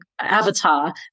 avatar